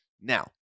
Now